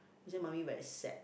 she say mummy very sad